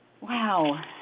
Wow